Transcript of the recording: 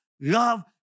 love